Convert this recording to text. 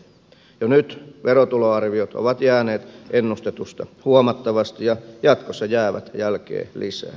jo nyt verotuloarviot ovat jääneet ennustetusta huomattavasti ja jatkossa jäävät jälkeen lisää